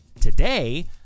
Today